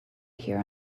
here